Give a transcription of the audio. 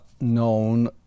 known